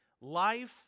...life